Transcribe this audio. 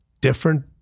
Different